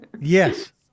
Yes